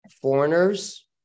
foreigners